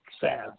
sad